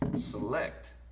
Select